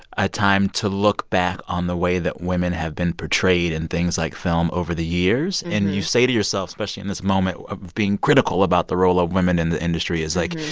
a time to look back on the way that women have been portrayed in things like film over the years. and you say to yourself especially in this moment of being critical about the role of women in the industry it's like,